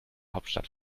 hauptstadt